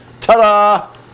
ta-da